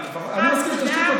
את זה, דרך אגב.